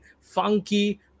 funky